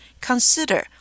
consider